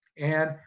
and,